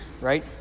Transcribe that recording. right